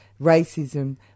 racism